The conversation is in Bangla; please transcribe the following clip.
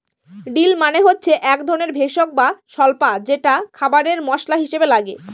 ডিল মানে হচ্ছে এক ধরনের ভেষজ বা স্বল্পা যেটা খাবারে মশলা হিসাবে লাগে